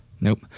nope